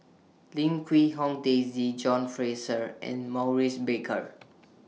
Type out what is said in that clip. Lim Quee Hong Daisy John Fraser and Maurice Baker